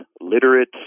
literate